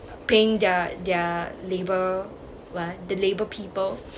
paying their their labour what ah the labour people